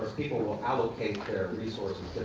people will allocate their resources